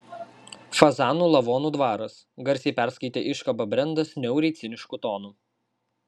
fazanų lavonų dvaras garsiai perskaitė iškabą brendas niauriai cinišku tonu